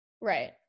Right